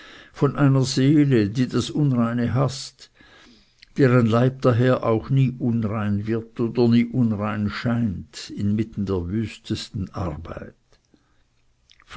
von einer seele die das unreine haßt deren leib daher auch nie unrein wird oder nie unrein scheint mitten in der wüstesten arbeit